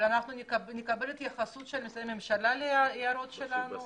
מצבן הכלכלי של הרשויות המקומיות מאוד חשוב,